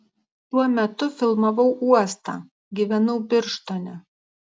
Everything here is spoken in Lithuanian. tuo metu filmavau uostą gyvenau birštone